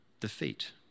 defeat